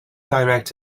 directs